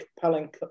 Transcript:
compelling